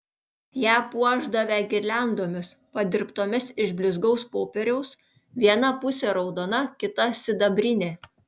ją puošdavę girliandomis padirbtomis iš blizgaus popieriaus viena pusė raudona kita sidabrinė